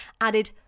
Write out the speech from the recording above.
added